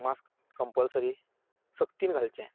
mask compulsory सक्तीन घालचें